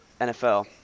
NFL